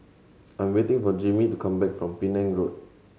I'm waiting for Jimmie to come back from Penang Road